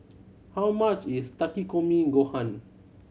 how much is Takikomi Gohan